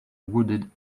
wooded